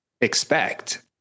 expect